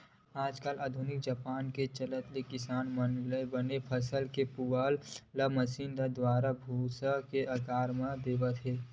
आज कल आधुनिक जबाना के चलत किसान मन बने फसल के पुवाल ल मसीन के दुवारा भूसा के आकार देवा देथे